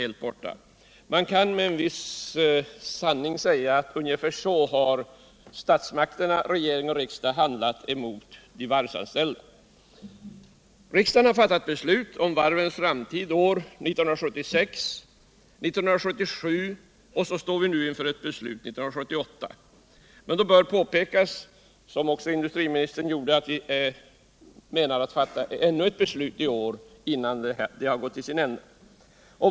Det kan med visst fog sägas att ungefär så har statsmakterna, regering och riksdag, handlat gentemot de varvsanställda. Riksdagen fattade beslut om varvens framtid 1976 och 1977, och nu 1978 står vi alltså inför ett nytt beslut. Härvid bör påpekas, som också industriministern gjorde, att vi ämnar fatta ännu ett beslut innan detta år gått till ända.